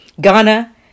Ghana